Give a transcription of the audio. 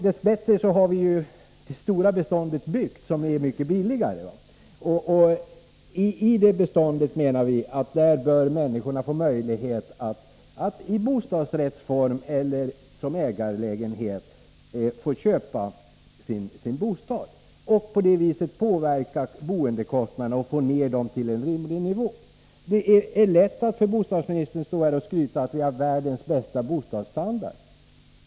Dess bättre har vi redan producerat den större delen av bostadsbeståndet, som är mycket billigare. I det beståndet bör människorna enligt vår mening få möjlighet att köpa sin bostad, i bostadsrättsform eller som ägarlägenhet, och på det sättet påverka boendekostnaderna och få ned dem till en rimlig nivå. Det är lätt för bostadsministern att stå här och skryta med att vi har världens bästa bostadsstandard.